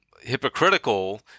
hypocritical